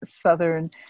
Southern